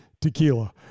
tequila